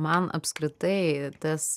man apskritai tas